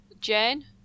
jane